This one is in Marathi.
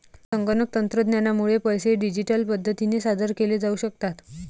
संगणक तंत्रज्ञानामुळे पैसे डिजिटल पद्धतीने सादर केले जाऊ शकतात